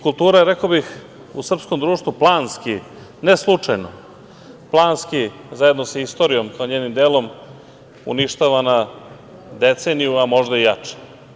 Kultura je, rekao bih, u srpskom društvu planski, ne slučajno, planski, zajedno sa istorijom kao njenim delom uništavana deceniju, a možda i jače.